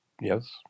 yes